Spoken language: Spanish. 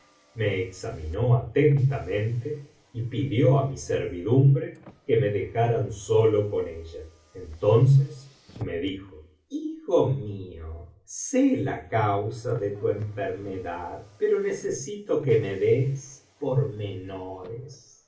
me examinó atentamente y pidió á mi servidumbre que me dejaran solo con ella entonces me dijo hijo mío sé la causa de tu enfermedad pero necesito que me des pormenores y